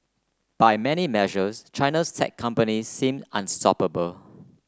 by many measures China's tech companies seem unstoppable